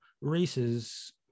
races